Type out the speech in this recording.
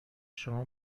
شما